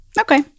Okay